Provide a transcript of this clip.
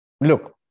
Look